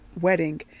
wedding